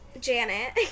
Janet